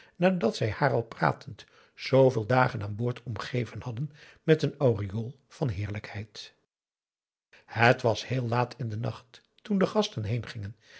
nadat zij haar al pratend zooveel dagen aan boord omgeven hadden met een aureool van heerlijkheid het was heel laat in den nacht toen de gasten